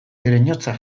ereinotza